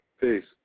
Peace